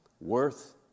Worth